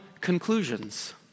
conclusions